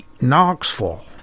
Knoxville